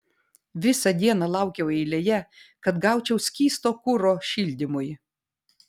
visą dieną laukiau eilėje kad gaučiau skysto kuro šildymui